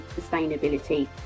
Sustainability